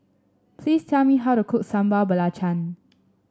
please tell me how to cook Sambal Belacan